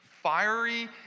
fiery